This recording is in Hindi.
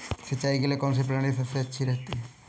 सिंचाई के लिए कौनसी प्रणाली सबसे अच्छी रहती है?